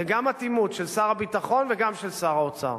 גם אטימות של שר הביטחון וגם של שר האוצר.